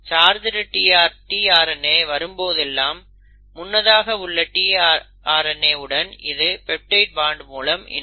charged tRNA வரும்போதெல்லாம் முன்னதாக உள்ள tRNA உடன் இது பெப்டைடு பாண்ட் மூலம் இணையும்